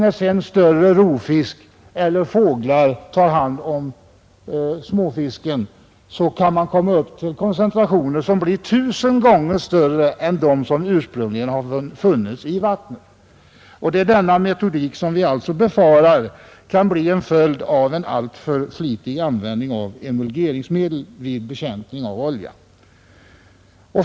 När sedan större rovfiskar eller fåglar tar hand om småfisken, kan koncentrationerna bli tusen gånger större än de som ursprungligen funnits i vattnet. Man befarar nu att liknande effekter kan uppkomma vid en alltför flitig användning av emulgeringsmedel vid bekämpning av olja.